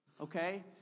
okay